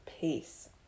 Peace